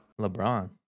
LeBron